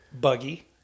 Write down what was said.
buggy